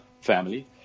family